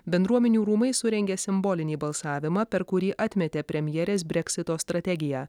bendruomenių rūmai surengė simbolinį balsavimą per kurį atmetė premjerės breksito strategiją